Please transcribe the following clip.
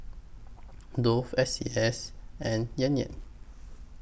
Dove S C S and Yan Yan